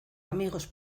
amigos